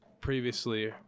previously